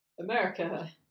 America